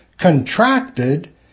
contracted